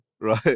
right